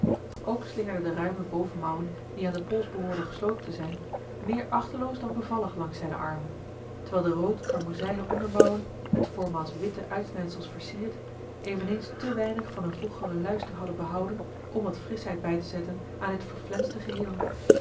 ook slingerden de ruime bovenmouwen die aan den pols behoorden gesloten te zijn meer achteloos dan bevallig langs zijne armen terwijl de rood karmozijnen ondermouwen met voormaals witte uitsnijdsels versierd eveneens te weinig van hun vroegeren luister hadden behouden om wat frischheid bij te zetten aan dit verflenste geheel